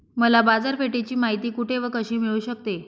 मला बाजारपेठेची माहिती कुठे व कशी मिळू शकते?